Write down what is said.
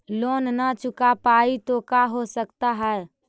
Loan न चुका पाई तो का हो सकता है?